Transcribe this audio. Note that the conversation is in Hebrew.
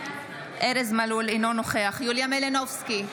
אינו נוכח יוליה מלינובסקי,